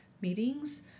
meetings